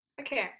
Okay